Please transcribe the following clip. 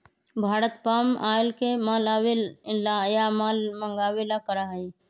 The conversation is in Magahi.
भारत पाम ऑयल के माल आवे ला या माल मंगावे ला करा हई